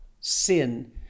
sin